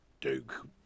Duke